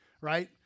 right